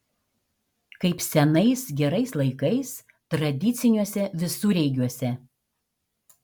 kaip senais gerais laikais tradiciniuose visureigiuose